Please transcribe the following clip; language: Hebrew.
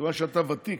כיוון שאתה ותיק,